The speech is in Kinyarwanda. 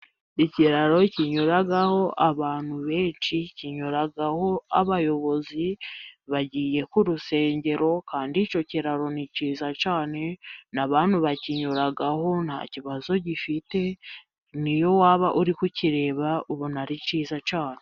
Ikiraro kinyuraho abantu benshi, kinyuraho abayobozi bagiye ku rusengero, kandi icyo kiraro ni cyiza cyane n'abantu bakinyuraho, nta kibazo gifite niyo waba uri kukireba ubona ari cyiza cyane.